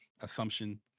assumption